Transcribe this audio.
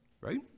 Right